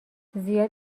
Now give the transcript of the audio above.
زیاد